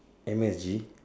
M_S_G